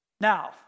Now